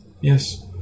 Yes